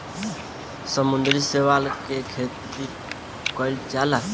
समुद्री शैवाल के खेती कईल जाला